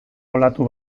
olatu